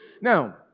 now